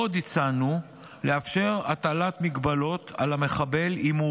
עוד הצענו לאפשר הטלת הגבלות על המחבל אם הוא